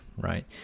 right